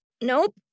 Nope